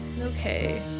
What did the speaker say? Okay